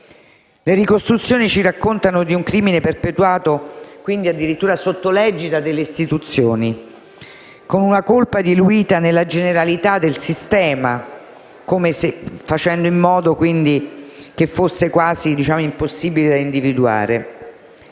Le ricostruzioni ci raccontano di un crimine perpetuato sotto l'egida delle istituzioni, con una colpa diluita nella generalità del sistema, in modo che fosse quasi impossibile da individuare.